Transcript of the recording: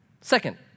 Second